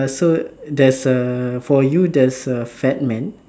err so there's a for you there's a fat man